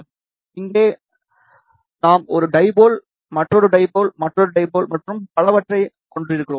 எனவே இங்கே நாம் ஒரு டைபோல் மற்றொரு டைபோல் மற்றொரு டைபோல் மற்றும் பலவற்றைக் கொண்டிருக்கிறோம்